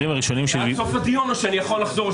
זה עד סוף הדיון או שאני יכול לחזור?